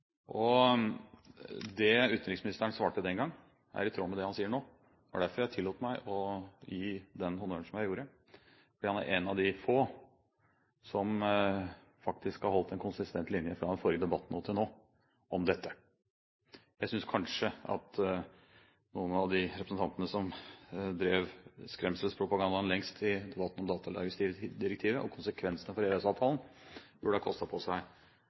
Det utenriksministeren svarte den gang, er i tråd med det han sier nå. Det var derfor jeg tillot meg å gi den honnøren, for han er en av de få som faktisk har holdt en konsistent linje fra den forrige debatten og til nå om dette. Jeg synes kanskje at noen av de representantene som drev skremselspropagandaen lengst i debatten om datalagringsdirektivet og konsekvensene for EØS-avtalen, burde ha kostet på seg